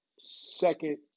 second